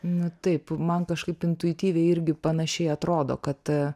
na taip man kažkaip intuityviai irgi panašiai atrodo kad